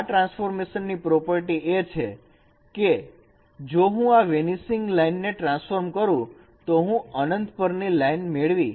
આ ટ્રાન્સફોર્મેશન ની પ્રોપર્ટી એ છે જો હું આ વેનિસિંગ લાઈનને ટ્રાન્સફોર્મ કરું તો હું અનંત પરની લાઇન મેળવી